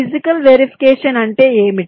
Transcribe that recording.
physical verification అంటే ఏమిటి